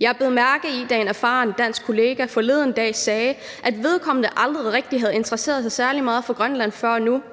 Jeg bed mærke i det, da en erfaren dansk kollega forleden dag sagde, at vedkommende aldrig rigtig havde interesseret sig særlig meget for Grønland før nu, og det